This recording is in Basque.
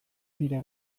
nire